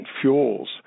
fuels